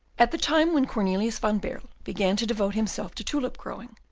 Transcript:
at the time when cornelius van baerle began to devote himself to tulip-growing,